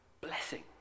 blessing